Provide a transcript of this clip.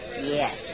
Yes